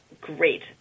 great